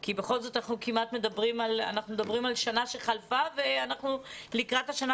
כי בכל זאת אנחנו מדברים על שנה שחלפה ואנחנו לקראת השנה